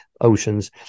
oceans